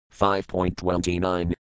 5.29